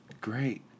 Great